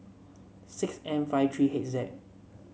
six N five three H Z